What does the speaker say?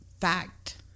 fact